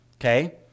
okay